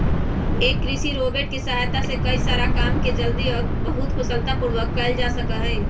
एक कृषि रोबोट के सहायता से कई सारा काम के जल्दी और बहुत कुशलता पूर्वक कइल जा सका हई